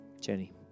Jenny